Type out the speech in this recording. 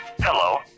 Hello